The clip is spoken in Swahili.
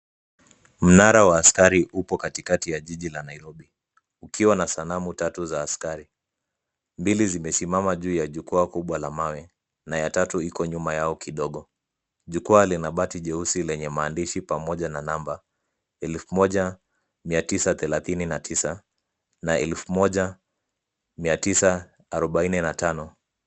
Mnara wa askari upo katikati jiji la Nairobi ukiwa na sanamu tatu la askari. Mbili zimesimama juu ya jukwaa kubwa la mawe na ya tatu iko nyuma yao kidogo. Jukwaa lina bati jeusi lenye maandishi pamoja na namba elfu moja mia tisa thelethini na tisa na elfu moja mia tisa arobaini na tano.